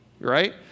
right